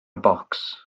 bocs